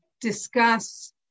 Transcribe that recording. discuss